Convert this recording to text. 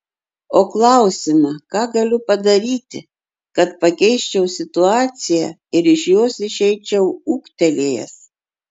o klausimą ką galiu padaryti kad pakeisčiau situaciją ir iš jos išeičiau ūgtelėjęs